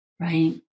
right